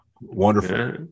wonderful